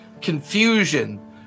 confusion